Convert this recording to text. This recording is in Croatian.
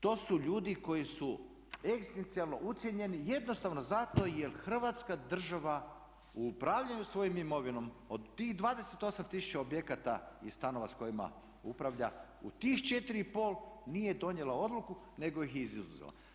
To su ljudi koji su ekstencijalno ucijenjeni jednostavno zato jer Hrvatska država u upravljanju svojom imovinom od tih 28 tisuća objekata i stanova s kojima upravlja u tih 4,5 nije donijela odluku, nego ih je izuzela.